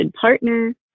partner